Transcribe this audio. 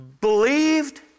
believed